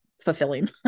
fulfilling